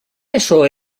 peso